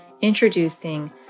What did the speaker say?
introducing